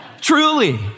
Truly